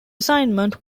assignment